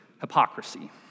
Hypocrisy